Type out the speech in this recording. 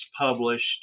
published